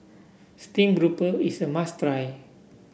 stream grouper is a must try